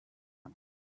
them